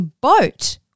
boat